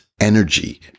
energy